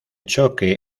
choque